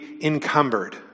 encumbered